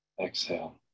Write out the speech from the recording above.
Exhale